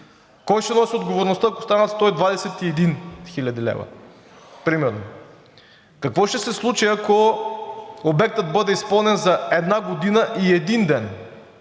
Кой ще носи отговорността, ако станат 121 хил. лв. примерно? Какво ще се случи, ако обектът бъде изпълнен за една година и един ден,